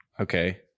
okay